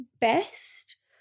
best